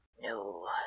No